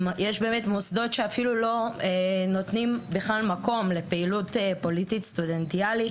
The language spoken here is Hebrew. יש מוסדות שלא נותנים שום מקום לפעילות פוליטית סטודנטיאלית.